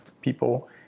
people